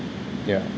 yeah